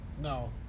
No